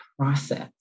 process